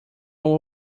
all